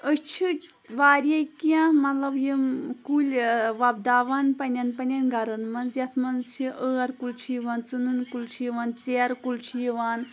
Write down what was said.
أسۍ چھِ واریاہ کینٛہہ مطلب یِم کُلۍ وۄپداوان پنٛنٮ۪ن پنٛنٮ۪ن گَرَن منٛز یَتھ منٛز چھِ ٲرۍ کُلۍ چھِ یِوان ژٕنُن کُلۍ چھِ یِوان ژیرٕ کُلۍ چھِ یِوان